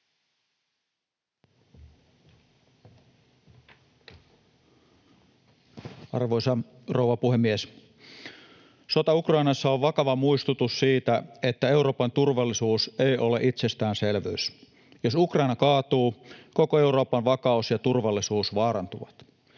Arvoisa puhemies! Sota Ukrainassa on vakava muistutus siitä, että Euroopan turvallisuus ei ole itsestäänselvyys. Jos Ukraina kaatuu, koko Euroopan vakaus ja turvallisuus vaarantuvat.